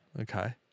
Okay